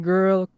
Girl